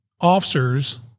officers